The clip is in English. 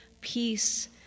peace